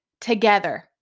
together